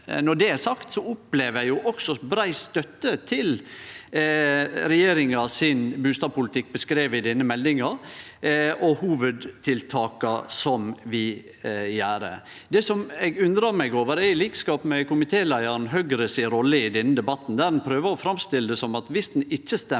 Når det er sagt, opplever eg brei støtte til regjeringas bustadpolitikk, beskriven i denne meldinga, og hovudtiltaka som vi gjer. Det som eg undrar meg over, i likskap med komitéleiaren, er Høgres rolle i denne debatten, der ein prøvar å framstille det som at viss ein ikkje stemmer